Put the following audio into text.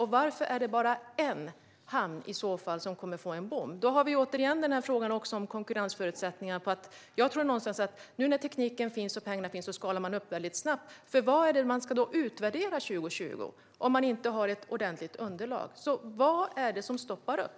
Och varför är det bara en hamn som kommer att få en bom? Vi har här återigen frågan om konkurrensförutsättningar. Jag tror någonstans att nu när tekniken och pengarna finns skalar man upp snabbt. Vad är det man ska utvärdera 2020 om man inte har ett ordentligt underlag? Vad är det som stoppar upp?